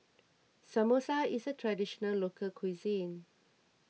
Samosa is a Traditional Local Cuisine